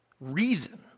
reason